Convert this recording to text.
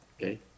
okay